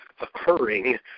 occurring